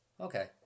Okay